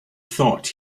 thought